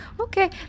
Okay